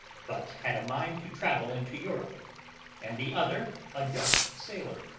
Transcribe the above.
but had a mind to travel into europe and the other a dutch sailor,